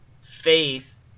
faith